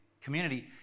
community